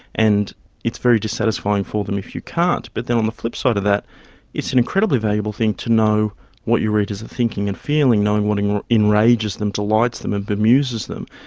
and it's very dissatisfying for them if you can't. but then on the flip side of that it's an incredibly valuable thing to know what your readers are thinking and feeling, knowing what and enrages them, delights them and bemuses them.